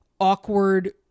awkward